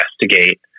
investigate